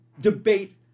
debate